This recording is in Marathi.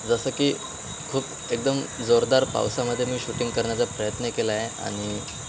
जसं की खूप एकदम जोरदार पावसामध्ये मी शूटिंग करण्याचा प्रयत्न केला आहे आणि